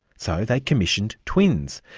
so they commissioned twins.